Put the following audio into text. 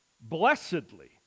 blessedly